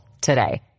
today